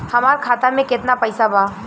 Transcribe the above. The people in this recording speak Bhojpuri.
हमार खाता में केतना पैसा बा?